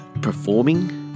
performing